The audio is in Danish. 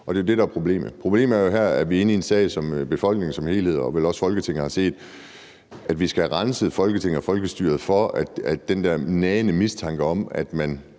Det er det, der er problemet. Problemet her er jo, at vi er inde i en sag, hvor befolkningen som helhed og vel også Folketinget har set, at vi skal have renset Folketinget og folkestyret for den der nagende mistanke om, at man